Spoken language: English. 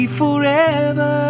forever